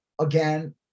again